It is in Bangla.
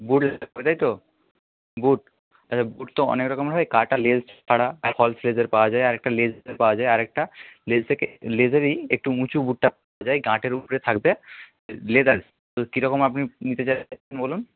বুট জুতো তাই তো বুট আচ্ছা বুট তো অনেক রকমের হয় কাটা লেস ছাড়া ফলস লেসের পাওয়া যায় আরেকটা লেস পাওয়া যায় আরেকটা লেস থেকে লেসেরই একটু উঁচু বুটটা যায় গাঁটের উপরে থাকবে লেদারের তো কীরকম আপনি নিতে বলুন